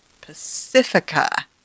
Pacifica